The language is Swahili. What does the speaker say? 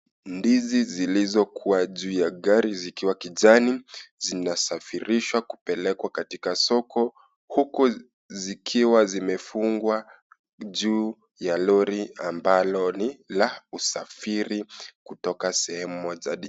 Ndizi zilizokua juu ya gari zikiwa kijani, zinasafirishwa kupelekwa katika soko, huku zikiwa zimefungwa juu ya lori ambalo ni la usafiri, kutoka sehemu moja hadi.